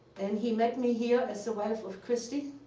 and he met me here as the wife of christy,